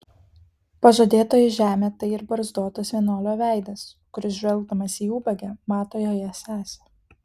pažadėtoji žemė tai ir barzdotas vienuolio veidas kuris žvelgdamas į ubagę mato joje sesę